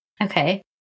Okay